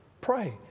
Pray